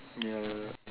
ya